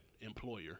employer